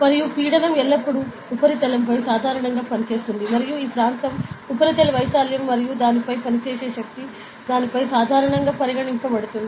మరియు పీడనం ఎల్లప్పుడూ ఉపరితలంపై సాధారణంగా పనిచేస్తుంది మరియు ఈ ప్రాంతం ఉపరితల వైశాల్యం మరియు దానిపై పనిచేసే శక్తి దానిపై సాధారణ శక్తిగా పరిగణించబడుతుంది